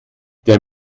der